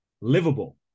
Livable